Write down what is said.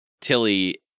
Tilly